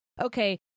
Okay